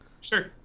Sure